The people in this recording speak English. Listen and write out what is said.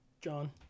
John